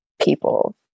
people